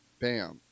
bam